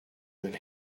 than